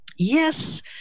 Yes